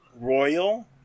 royal